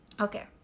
Okay